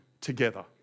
together